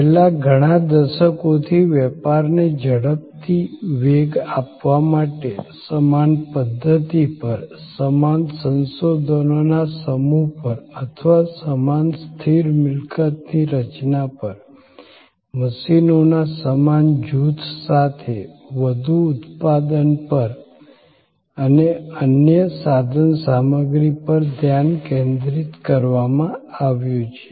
છેલ્લા ઘણા દસકોથી વેપારને ઝડપથી વેગ આપવા માટે સમાન પધ્ધતિ પર સમાન સંસાધનોના સમૂહ પર અથવા સમાન સ્થિર મિલકતની રચના પર મશીનોના સમાન જૂથ સાથે વધુ ઉત્પાદન પર અને અન્ય સાધન સામગ્રી પર ધ્યાન કેન્દ્રિત કરવામાં આવ્યું છે